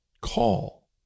call